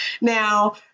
Now